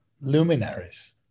luminaries